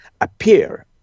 appear